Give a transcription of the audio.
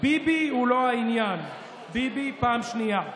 "ביבי הוא לא העניין", ביבי פעם שנייה,